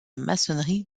maçonnerie